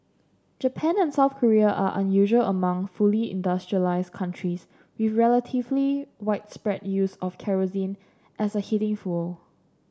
Japan and South Korea are unusual among fully industrialised countries with relatively widespread use of kerosene as a heating fuel